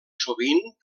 sovint